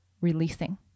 releasing